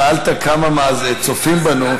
שאלת כמה צופים בנו,